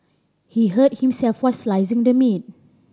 he hurt himself while slicing the meat